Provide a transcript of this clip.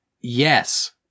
yes